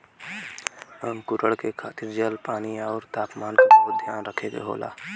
अंकुरण के खातिर जल, पानी आउर तापमान क बहुत ध्यान रखे के होला